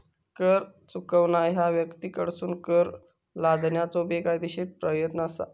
कर चुकवणा ह्या व्यक्तींकडसून कर लादण्याचो बेकायदेशीर प्रयत्न असा